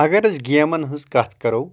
اَگَر أسۍ گیمَن ہنٛز کَتھ کَرو